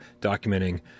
documenting